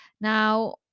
Now